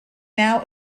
now